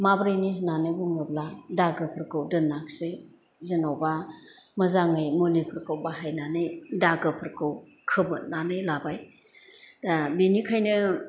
माब्रैनि होन्नानै बुङोब्ला दागोफोरखौ दोनाखसै जेन'बा मोजाङै मुलिफोरखौ बाहायनानै दागोफोरखौ खोमोरनानै लाबाय बिनिखायनो